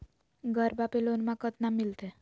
घरबा पे लोनमा कतना मिलते?